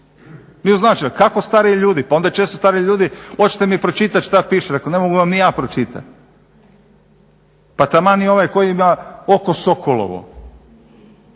ni uz naočale. Kako stariji ljudi pa onda često stariji ljudi, hoćete mi pročitati što piše, reko, ne mogu vam ni ja pročitati pa taman ni ovaj koji ima oko sokolovo.